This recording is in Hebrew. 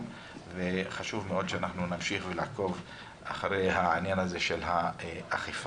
וחשוב מאוד שנמשיך ונעקוב אחרי העניין הזה של האכיפה.